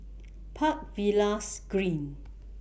Park Villas Green